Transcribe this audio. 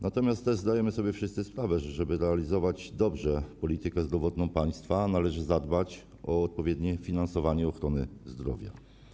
Natomiast też zdajemy sobie wszyscy sprawę, że aby dobrze realizować politykę zdrowotną państwa, należy zadbać o odpowiednie finansowanie ochrony zdrowia.